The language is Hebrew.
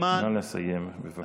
נא לסיים, בבקשה.